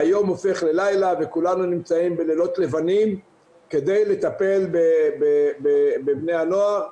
והיום הופך ללילה וכולנו נמצאים בלילות לבנים כדי לטפל בבני הנוער.